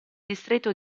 distretto